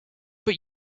but